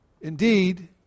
indeed